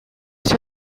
всё